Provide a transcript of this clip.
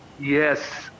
Yes